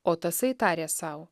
o tasai tarė sau